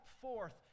forth